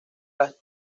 las